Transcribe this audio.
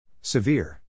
Severe